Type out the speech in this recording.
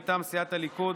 מטעם סיעת הליכוד,